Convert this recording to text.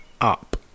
up